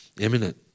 imminent